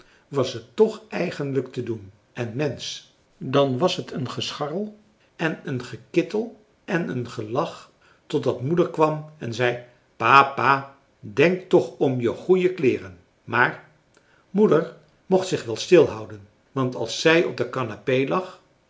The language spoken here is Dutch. was het toch eigenlijk te doen en mensch dan was het een gescharrel en een gekittel en een gelach totdat moeder kwam en zei pa pa denk toch om je goeie kleeren maar moeder mocht zich wel stilhouden want als zij op de